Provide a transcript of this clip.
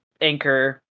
Anchor